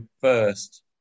first